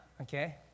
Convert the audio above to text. Okay